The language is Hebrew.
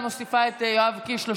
אני מוסיפה את יואב קיש,